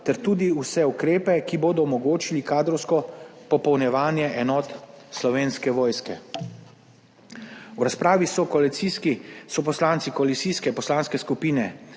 ter tudi vse ukrepe, ki bodo omogočili kadrovsko popolnjevanje enot Slovenske vojske. V razpravi so poslanci koalicijske poslanske skupine